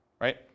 right